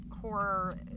horror